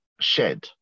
shed